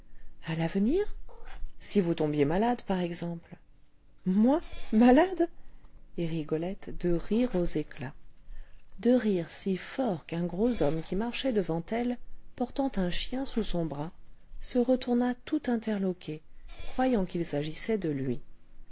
à l'avenir à l'avenir si vous tombiez malade par exemple moi malade et rigolette de rire aux éclats de rire si fort qu'un gros homme qui marchait devant elle portant un chien sous son bras se retourna tout interloqué croyant qu'il s'agissait de lui